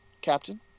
Captain